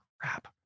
crap